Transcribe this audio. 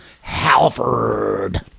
halford